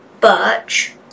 birch